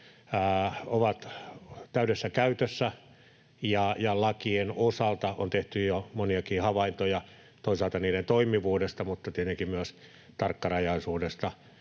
ovat täydessä käytössä, ja lakien osalta on tehty jo moniakin havaintoja — toisaalta niiden toimivuudesta mutta tietenkin myös tarkkarajaisuudesta